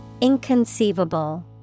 Inconceivable